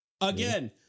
Again